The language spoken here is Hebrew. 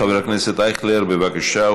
חבר הכנסת אייכלר, בבקשה.